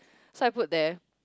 so I put there